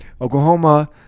Oklahoma